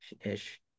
ish